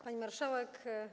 Pani Marszałek!